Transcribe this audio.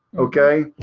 okay.